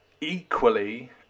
equally